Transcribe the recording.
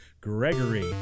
Gregory